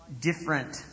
different